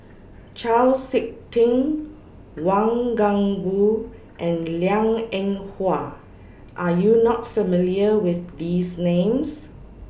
Chau Sik Ting Wang Gungwu and Liang Eng Hwa Are YOU not familiar with These Names